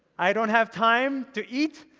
i don't have time to eat,